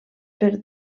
per